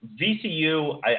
VCU